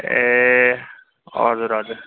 ए हजुर हजुर